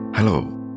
Hello